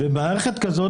במערכת כזאת,